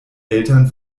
eltern